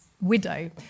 widow